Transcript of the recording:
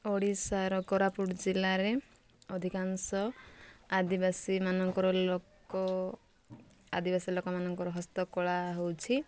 ଓଡ଼ିଶାର କୋରାପୁଟ ଜିଲ୍ଲାରେ ଅଧିକାଂଶ ଆଦିବାସୀମାନଙ୍କର ଲୋକ ଆଦିବାସୀ ଲୋକମାନଙ୍କର ହସ୍ତକଳା ହେଉଛି